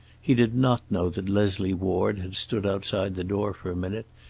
he did not know that leslie ward had stood outside the door for a minute,